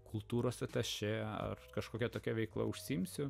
kultūros atašė ar kažkokia tokia veikla užsiimsiu